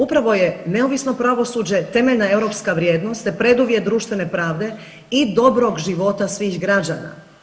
Upravo je neovisno pravosuđe temeljna europska vrijednost te preduvjet društvene pravde i dobrog života svih građana.